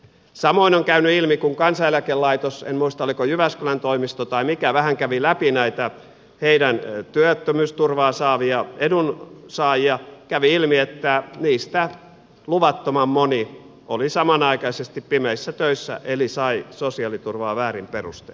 samoin on käynyt ilmi kun kansaneläkelaitos en muista oliko jyväskylän toimisto tai mikä vähän kävi läpi näitä heidän työttömyysturvaa saavia edunsaajiaan että niistä luvattoman moni oli samanaikaisesti pimeissä töissä eli sai sosiaaliturvaa väärin perustein